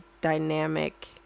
dynamic